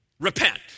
Repent